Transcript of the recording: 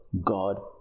god